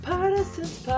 Partisans